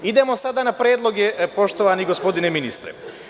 Idemo sada na predloge poštovani gospodine ministre.